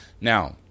Now